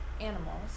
animals